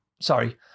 sorry